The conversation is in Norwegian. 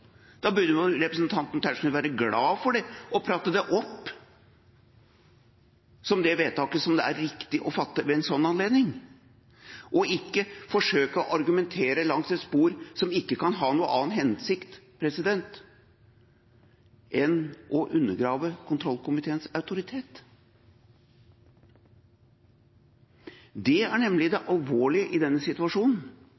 Da burde jo representanten Tetzschner være glad for det og prate det opp, som det vedtaket som det er riktig å fatte ved en sånn anledning, og ikke forsøke å argumentere langs et spor som ikke kan ha noen annen hensikt enn å undergrave kontrollkomiteens autoritet. Det er nemlig det